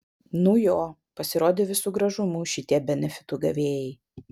nu jo pasirodė visu gražumu šitie benefitų gavėjai